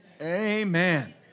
Amen